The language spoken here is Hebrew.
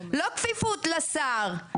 לא כפיפות לשר.